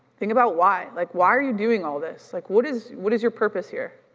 think about why. like why are you doing all this? like what is what is your purpose here?